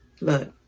Look